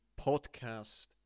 podcast